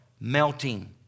melting